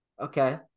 Okay